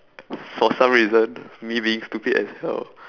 for some reason me being stupid as hell